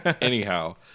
Anyhow